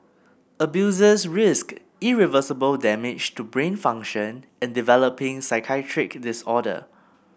abusers risked irreversible damage to brain function and developing psychiatric disorder